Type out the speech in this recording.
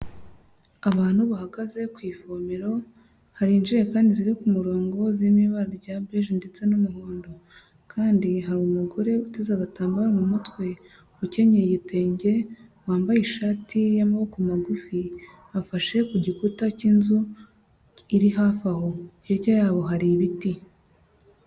Abantu bahagaze ku ivomero, hari injerekani ziri ku murongo ziri mu ibara rya beje ndetse n'umuhondo kandi hari umugore uteze agatambaro mu mutwe, ukenyeye igitenge, wambaye ishati y'amaboko magufi, afashe ku gikuta cy'inzu iri hafi aho, hirya yabo hari ibiti.